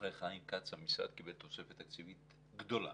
אחרי חיים כץ המשרד קיבל תוספת תקציבית גדולה